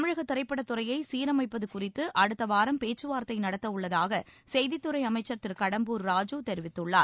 தமிழக திரைப்படத்துறையை சீரமைப்பது குறித்து அடுத்த வாரம் பேச்சுவார்த்தை நடத்த உள்ளதாக செய்தித்துறை அமைச்சர் திரு கடம்பூர் ராஜூ தெரிவித்துள்ளார்